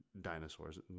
dinosaurs